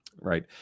right